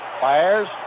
Fires